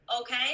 okay